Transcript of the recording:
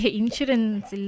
insurance